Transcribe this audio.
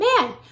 man